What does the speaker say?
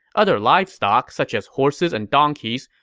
other livestock, such as horses and donkeys,